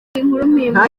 nta